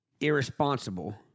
irresponsible